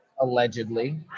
allegedly